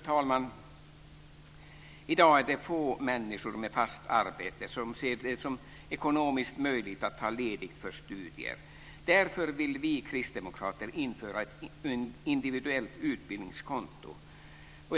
talman! I dag är det få människor med fast arbete som ser det som ekonomiskt möjligt att ta ledigt för studier. Därför vill vi kristdemokrater införa ett individuellt utbildningskonto.